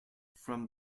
from